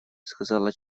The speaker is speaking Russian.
сказала